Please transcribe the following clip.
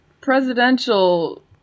presidential